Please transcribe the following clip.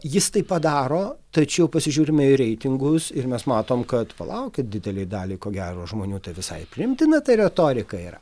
jis tai padaro tačiau pasižiūrime į reitingus ir mes matom kad palaukite didelei daliai ko gero žmonių tai visai ir priimtina ta retorika yra